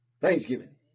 Thanksgiving